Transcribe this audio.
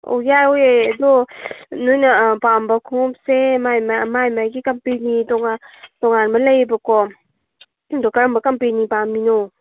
ꯑꯧ ꯌꯥꯎꯋꯦ ꯑꯗꯣ ꯅꯣꯏꯅ ꯄꯥꯝꯕ ꯈꯣꯡꯎꯞꯁꯦ ꯃꯥꯏ ꯃꯥꯏꯒꯤ ꯀꯝꯄꯦꯅꯤ ꯇꯣꯉꯥꯟ ꯇꯣꯉꯥꯟꯕ ꯂꯩꯌꯦꯕꯀꯣ ꯑꯗꯣ ꯀꯔꯝꯕ ꯀꯝꯄꯦꯅꯤ ꯄꯥꯝꯃꯤꯅꯣ